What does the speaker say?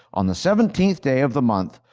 on the seventeenth day of the month,